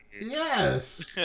Yes